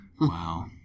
wow